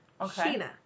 sheena